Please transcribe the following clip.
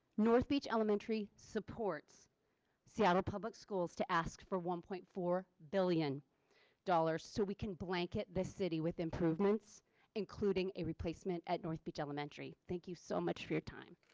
north beach elementary supports seattle public schools to ask for one point four billion dollars so we can blanket the city with improvements including a replacement at north beach elementary. thank you so much for your time.